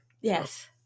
Yes